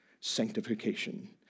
sanctification